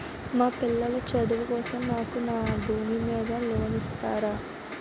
మా పిల్లల చదువు కోసం నాకు నా భూమి మీద లోన్ ఇస్తారా?